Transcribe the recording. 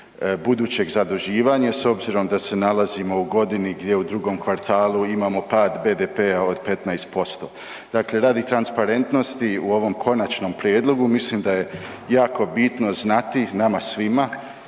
budućeg zaduživanja, s obzirom da se nalazimo u godini gdje u drugom kvartalu imamo pad BDP-a od 15%. Dakle, radi transparentnosti u ovom konačnom prijedlogu, mislim da je jako bitno znati nama svima